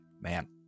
Man